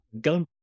go